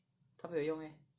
他没有用 meh